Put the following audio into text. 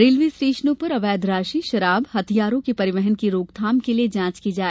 railway स्टेशनों पर अवैध राशि शराब हथियारों का परिवहन की रोकथाम के लिये जाँच की जाये